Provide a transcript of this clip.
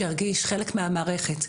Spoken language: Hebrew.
שירגיש חלק מהמערכת,